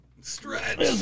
Stretch